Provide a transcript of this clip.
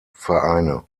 vereine